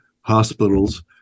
hospitals